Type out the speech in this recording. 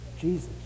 Jesus